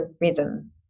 rhythm